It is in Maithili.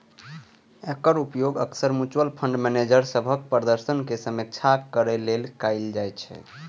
एकर उपयोग अक्सर म्यूचुअल फंड मैनेजर सभक प्रदर्शनक समीक्षा करै लेल कैल जाइ छै